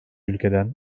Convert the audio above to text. ülkeden